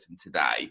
today